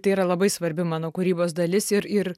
tai yra labai svarbi mano kūrybos dalis ir ir